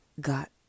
got